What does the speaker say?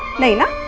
naina,